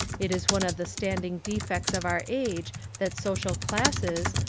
it is one of the standing defects of our age that social classes,